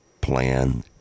plan